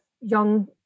young